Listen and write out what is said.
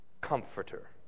comforter